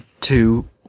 two